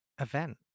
event